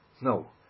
No